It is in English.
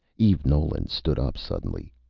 eve nolan stood up suddenly.